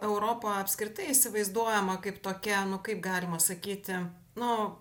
europa apskritai įsivaizduojama kaip tokia nu kaip galima sakyti nu